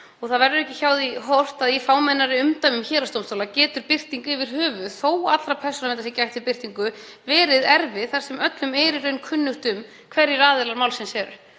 Hjá því verður ekki horft að í fámennari umdæmum héraðsdómstóla getur birting yfir höfuð, þótt allrar persónuverndar sé gætt við birtingu, verið erfið þar sem öllum er kunnugt um hverjir aðilar málsins eru.